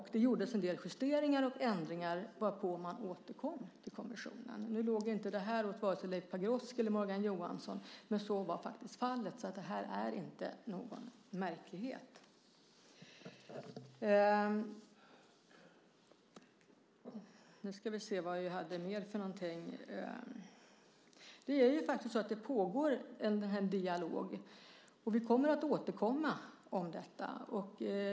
Det gjordes också en del justeringar och ändringar varpå man återkom till kommissionen. Nu låg det varken hos Leif Pagrotsky eller hos Morgan Johansson men så var faktiskt fallet. Det här är inte någon märklighet. Det är ju faktiskt så att det pågår en dialog, och vi kommer att återkomma om detta.